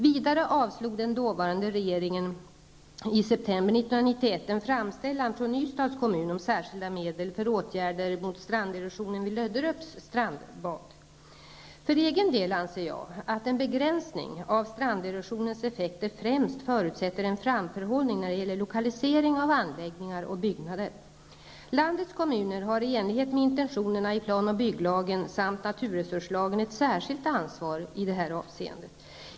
Vidare avslog den dåvarande regeringen i september 1991 en framställan från Ystads kommun om särskilda medel för åtgärder mot stranderosion vid Löderups strandbad. För egen del anser jag att en begränsning av stranderosionens effekter främst förutsätter en framförhållning när det gäller lokalisering av anläggningar och byggnader. Landets kommuner har i enlighet med intentionerna i plan och bygglagen samt naturresurslagen ett särskilt ansvar i detta avseende.